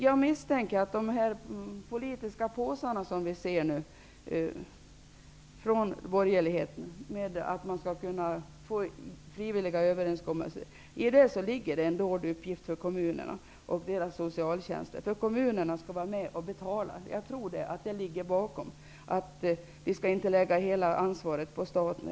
Jag misstänker att det i systemet med borgerlighetens politiska påsar där frivilliga överenskommelser skall träffas innebär en dold uppgift för kommunerna och deras socialtjänster. Kommunerna skall vara med och betala. Jag tror att det är det som ligger bakom att vi inte skall lägga hela ansvaret på staten.